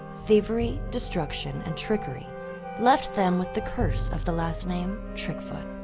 thievery, destruction, and trickery left them with the curse of the last name trickfoot.